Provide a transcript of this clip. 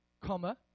comma